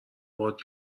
باهات